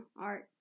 art